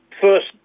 first